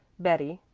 betty,